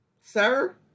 sir